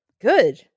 Good